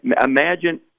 imagine